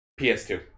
PS2